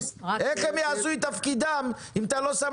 איך הם יעשו את תפקידם אם אתה לא שם